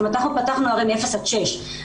הרי אנחנו פתחנו מאפס עד שש,